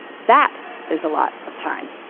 that is a lot of time.